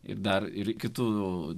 ir dar ir kitų